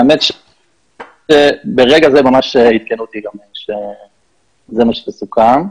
האמת שברגע זה ממש עדכנו אותי שזה מה שסוכם.